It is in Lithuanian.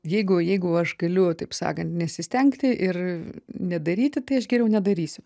jeigu jeigu aš galiu taip sakant nesistengti ir nedaryti tai aš geriau nedarysiu